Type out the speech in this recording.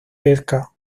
pesca